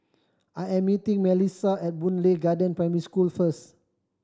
I am meeting Mellissa at Boon Lay Garden Primary School first